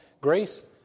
Grace